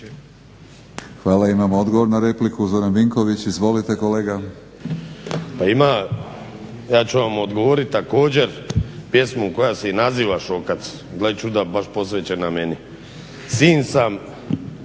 Hvala. Imamo odgovor na repliku, Zoran Vinković. Izvolite kolega. **Vinković, Zoran (HDSSB)** Ja ću vam odgovorit također pjesmom koja se i naziva Šokac, gle čuda baš posvećena meni. Sin sam